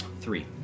Three